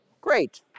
Great